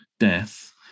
death